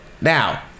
Now